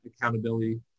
accountability